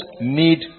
need